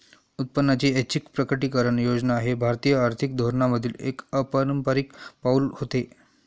उत्पन्नाची ऐच्छिक प्रकटीकरण योजना हे भारतीय आर्थिक धोरणांमधील एक अपारंपारिक पाऊल होते